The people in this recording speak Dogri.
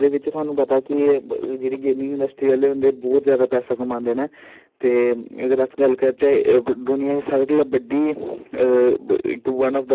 गेमें दी बज़ह कन्नै गै बच्चे अग्गे पुजदे न ते मेरा इ'यै बिचार ऐ कि जेह्ड़ी बी साढ़े ग्राएं च जां साढ़े इध्दर अग्गे पिच्छे कुतै बी